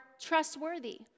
trustworthy